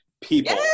people